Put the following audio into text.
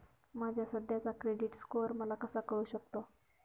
माझा सध्याचा credit score मला कसा कळू शकतो?